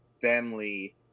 family